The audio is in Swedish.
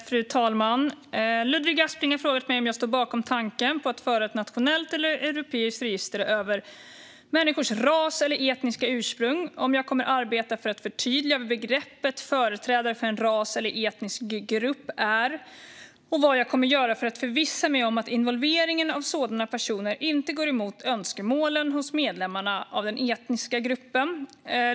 Fru talman! Ludvig Aspling har frågat mig om jag står bakom tanken på att föra ett nationellt eller europeiskt register över människors "ras eller etniska ursprung", om jag kommer att arbeta för att förtydliga vad begreppet "företrädare för en ras eller etnisk grupp" är och vad jag kommer att göra för att förvissa mig om att involveringen av sådana personer inte går emot önskemålen hos medlemmarna av den etniska gruppen.